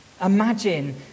Imagine